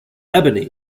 ebony